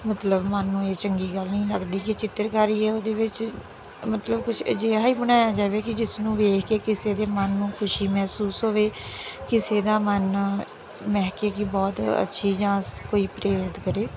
ਮਤਲਬ ਮਨ ਨੂੰ ਇਹ ਚੰਗੀ ਗੱਲ ਨਹੀਂ ਲੱਗਦੀ ਕਿ ਚਿੱਤਰਕਾਰੀ ਆ ਉਹਦੇ ਵਿੱਚ ਮਤਲਬ ਕੁਝ ਅਜਿਹਾ ਹੀ ਬਣਾਇਆ ਜਾਵੇ ਕਿ ਜਿਸ ਨੂੰ ਵੇਖ ਕੇ ਕਿਸੇ ਦੇ ਮਨ ਨੂੰ ਖੁਸ਼ੀ ਮਹਿਸੂਸ ਹੋਵੇ ਕਿਸੇ ਦਾ ਮਨ ਮਹਿਕੇ ਕਿ ਬਹੁਤ ਅੱਛੀ ਜਾਂ ਕੋਈ ਕਰੇ